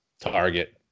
target